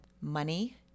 money